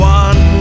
one